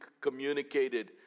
communicated